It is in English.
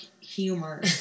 humor